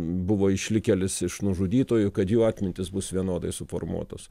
buvo išlikėlis iš nužudytojų kad jų atmintys bus vienodai suformuotos